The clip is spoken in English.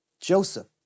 Joseph